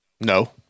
No